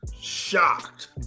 shocked